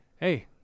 hey